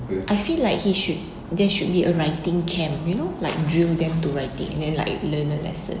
I feel like he should there should be a writing camp you know like drill them to writing and then like learn a lesson